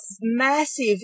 massive